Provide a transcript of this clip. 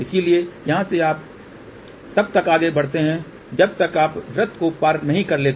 इसलिए यहां से आप तब तक आगे बढ़ते हैं जब तक आप वृत्त को पार नहीं कर लेते